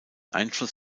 einfluss